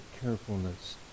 carefulness